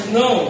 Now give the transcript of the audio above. no